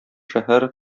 шәһәр